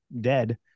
dead